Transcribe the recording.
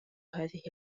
هذه